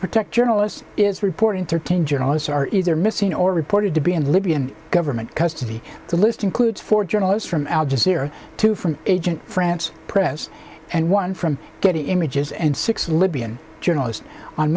protect journalists is reporting thirteen journalists are either missing or reported to be libyan government custody the list includes four journalists from al jazeera two from agent france press and one from getting images and six libyan journalist on